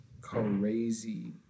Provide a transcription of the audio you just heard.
crazy